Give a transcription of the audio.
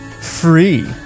free